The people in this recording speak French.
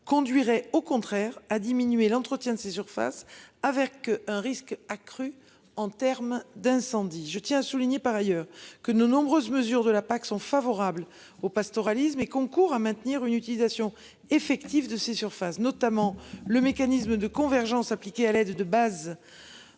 conduirait au contraire à diminuer l'entretien de ces surfaces avec un risque accru en terme d'incendies. Je tiens à souligner par ailleurs que nos nombreuses mesures de la PAC sont favorables au pastoralisme et concourt à maintenir une utilisation effective de ces surfaces notamment le mécanisme de convergence appliqué à l'aide de base.